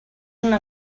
una